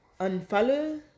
unfollow